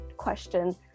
question